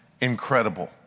incredible